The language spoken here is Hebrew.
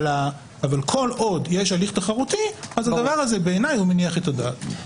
אבל כל עוד יש הליך תחרותי אז הדבר הזה בעיניי מניח את הדעת.